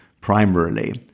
primarily